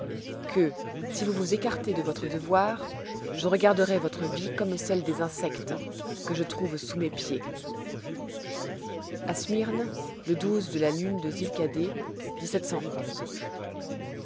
que si vous vous écartez de votre devoir je regarderai votre vie comme celle des insectes que je trouve sous mes pieds à smyrne le de la lune de